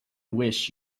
wish